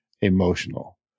emotional